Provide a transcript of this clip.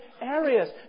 areas